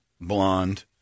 blonde